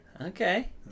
Okay